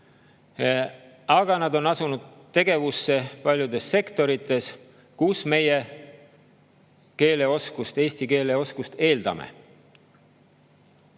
aga nad on asunud tegevusse paljudes sektorites, kus meie keeleoskust, eesti keele oskust eeldame.